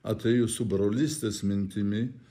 atėjo su brolystės mintimi